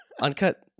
Uncut